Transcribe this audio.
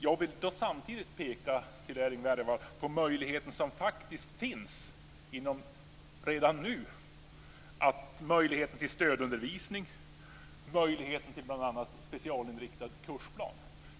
Jag vill samtidigt, Erling Wälivaara, peka på möjligheten till stödundervisning, som faktiskt finns redan nu, och möjligheten till bl.a. specialinriktad kursplan.